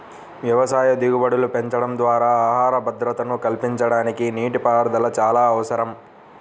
వ్యవసాయ దిగుబడులు పెంచడం ద్వారా ఆహార భద్రతను కల్పించడానికి నీటిపారుదల చాలా అవసరం